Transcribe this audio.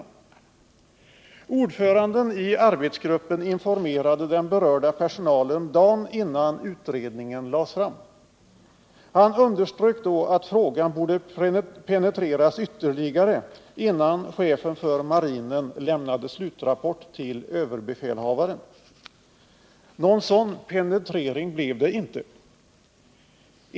Ordföranden i arbetsgruppen informerade den berörda personalen dagen innan utredningen lades fram. Han underströk då att frågan borde penetreras ytterligare, innan chefen för marinen lämnade slutrapport till överbefälhavaren. Någon sådan penetrering blev det inte.